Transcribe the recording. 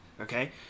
Okay